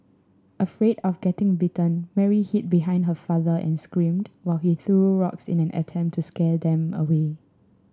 afraid of getting bitten Mary hid behind her father and screamed while he threw rocks in an attempt to scare them away